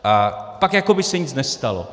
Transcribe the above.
A pak jako by se nic nestalo.